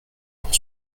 pour